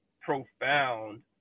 profound